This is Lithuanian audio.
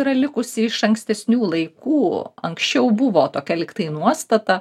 yra likusi iš ankstesnių laikų anksčiau buvo tokia lygtai nuostata